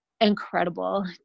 incredible